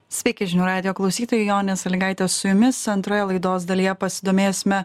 sveiki žinių radijo klausytojai jonė salygaitė su jumis antroje laidos dalyje pasidomėsime